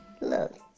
Look